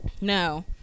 No